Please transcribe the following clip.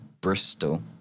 Bristol